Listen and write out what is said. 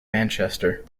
manchester